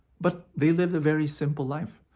but they lived a very simple life.